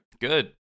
Good